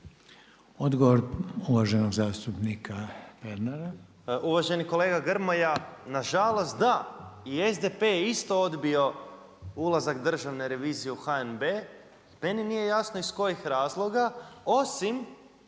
Odgovor uvaženog zastupnika Pernara. **Pernar, Ivan (Živi zid)** Uvaženi kolega Grmoja, nažalost, da, i SDP je isto odbio ulazak Državne revizije u HNB, meni nije jasno iz kojih razloga osim